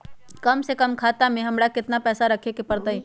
कम से कम खाता में हमरा कितना पैसा रखे के परतई?